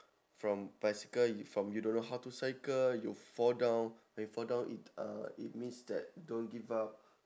from bicycle y~ from you don't know how to cycle you fall down by fall down it uh it means that don't give up